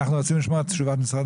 אנחנו רוצים לשמוע את תשובת משרד